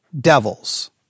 devils